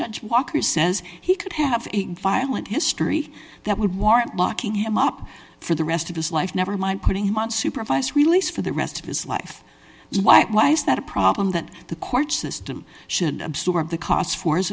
judge walker says he could have a violent history that would warrant locking him up for the rest of his life never mind putting him on supervised release for the rest of his life what was that a problem that the court system should absorb the costs for as